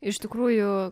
iš tikrųjų